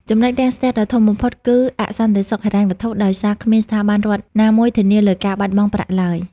ចំណុចរាំងស្ទះដ៏ធំបំផុតគឺ "អសន្តិសុខហិរញ្ញវត្ថុ" ដោយសារគ្មានស្ថាប័នរដ្ឋណាមួយធានាលើការបាត់បង់ប្រាក់ឡើយ។